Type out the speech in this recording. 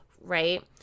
right